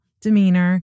demeanor